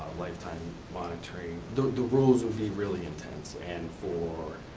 lifetime monitoring, the the rules would be really intense, and for